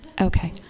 Okay